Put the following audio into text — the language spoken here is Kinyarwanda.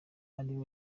ariko